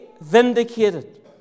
vindicated